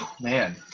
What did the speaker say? Man